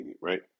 right